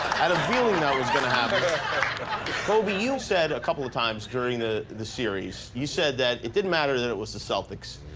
had a feeling that was going to happen. kobe, you said a couple of times during the the series, you said that it didn't matter that it was the celtics,